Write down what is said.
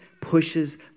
pushes